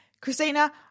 Christina